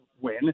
win